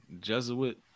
Jesuit